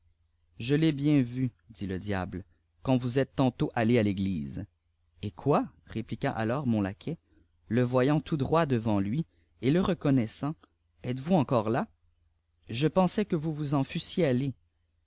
je l'ai bien vu dit le diable quand vous êtes tantôt allé à l'église eh quoi répliqua alors mon laquais le voyant tout droit devant lui et le reconnaissant êtes-vous encore là je peifêais que vous vous en fussiez